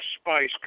spice